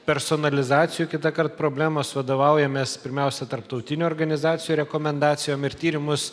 personalizacijų kitąkart problemos vadovaujamės pirmiausia tarptautinių organizacijų rekomendacijom ir tyrimus